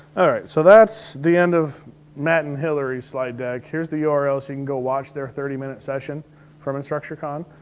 alright, so that's the end of matt and hilary's slide deck. here's the url, so you can go watch their thirty minute session from instructurecon.